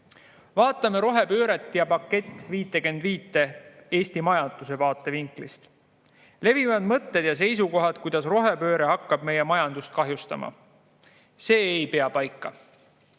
Vaatame rohepööret ja pakett 55 Eesti majanduse vaatevinklist. Levivad mõtted ja seisukohad, kuidas rohepööre hakkab meie majandust kahjustama. See ei pea paika.